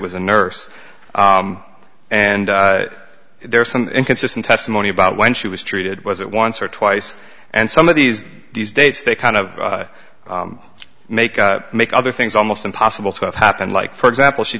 was a nurse and there's some inconsistent testimony about when she was treated was it once or twice and some of these these dates they kind of make make other things almost impossible to have happened like for example she